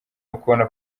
ukubona